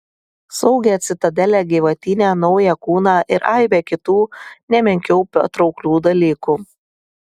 saugią citadelę gyvatyne naują kūną ir aibę kitų ne menkiau patrauklių dalykų